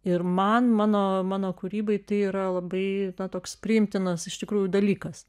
ir man mano mano kūrybai tai yra labai toks priimtinas iš tikrųjų dalykas